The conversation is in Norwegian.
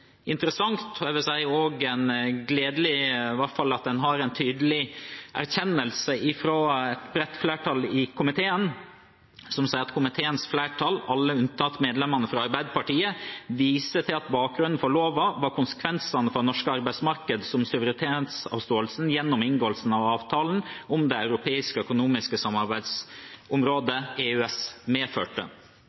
interessant – og jeg vil si også gledelig – at en i hvert fall har en tydelig erkjennelse fra et bredt flertall i komiteen, som sier: «Komiteens flertall, alle unntatt medlemmene fra Arbeiderpartiet, viser til at bakgrunnen for loven var konsekvensene for det norske arbeidsmarkedet som suverenitetsavståelsen gjennom inngåelsen av avtalen om Det europeiske økonomiske samarbeidsområdet medførte.»